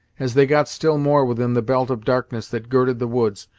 as they got still more within the belt of darkness that girded the woods,